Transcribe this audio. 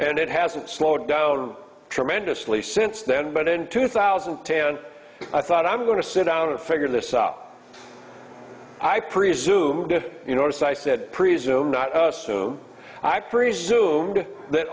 and it hasn't slowed down tremendously since then but in two thousand and ten i thought i'm going to sit down and figure this up i presume did you notice i said presumed not assume i presumed that